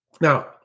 Now